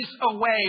away